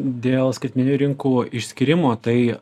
dėl skaitmeninių rinkų išskyrimo tai